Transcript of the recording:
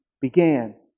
began